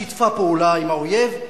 שיתפה פעולה עם האויב,